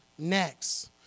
next